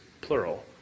plural